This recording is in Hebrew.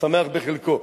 השמח בחלקו.